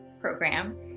program